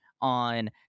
on